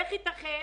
איך ייתכן